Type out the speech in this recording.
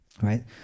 right